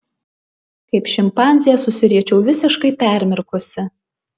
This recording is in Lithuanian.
kaip šimpanzė susiriečiau visiškai permirkusi